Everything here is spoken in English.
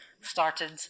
Started